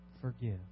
forgive